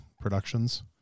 productions